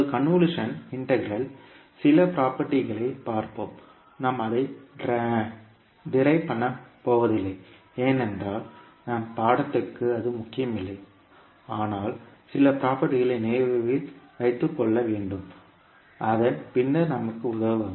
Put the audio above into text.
இப்போது convolution integral இன் சில ப்ராப்பர்ட்டிகளைப் பார்ப்போம் நாம் அதை டிரைவ் பண்ணப் போவதில்லை ஏனென்றால் நம் பாடத்துக்கு அது முக்கியமில்லை ஆனால் சில ப்ராப்பர்ட்டிகளை நினைவில் வைத்துக் கொள்ள வேண்டும் அதன் பின்னர் நமக்கு உதவும்